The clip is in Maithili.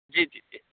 जी जी जी